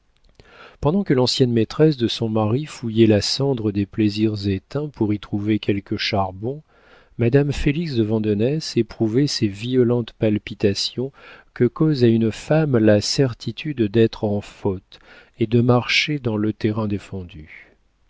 pendant que l'ancienne maîtresse de son mari fouillait la cendre des plaisirs éteints pour y trouver quelques charbons madame félix de vandenesse éprouvait ces violentes palpitations que cause à une femme la certitude d'être en faute et de marcher dans le terrain défendu